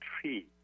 tree